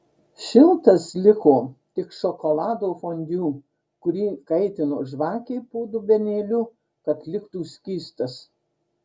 šiltas liko tik šokolado fondiu kurį kaitino žvakė po dubenėliu kad liktų skystas